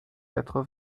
quatre